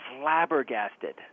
flabbergasted